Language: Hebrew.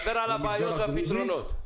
דבר על הבעיות והפתרונות.